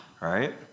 right